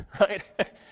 right